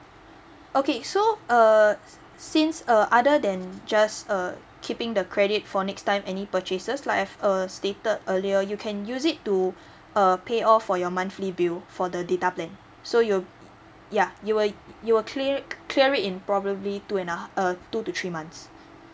okay so err since err other than just uh keeping the credit for next time any purchases like I've err stated earlier you can use it to uh pay all for your monthly bill for the data plan so you yeah you will you you will clear it clear it in probably two and ha~ uh two to three months